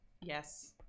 Yes